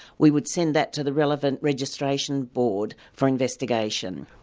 we would send that to the relevant registration board for investigation.